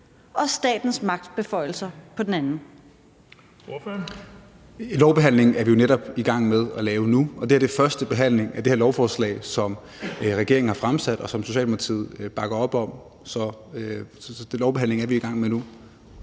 Bjørn Brandenborg (S): Lovbehandlingen er vi jo netop i gang med at lave nu, og det her er første behandling af det her lovforslag, som regeringen har fremsat, og som Socialdemokratiet bakker op om. Så den lovbehandling er vi i gang med nu.